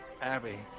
Abby